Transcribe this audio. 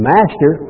Master